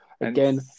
Again